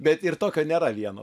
bet ir tokio nėra vieno